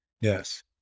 Yes